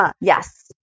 Yes